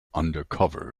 undercover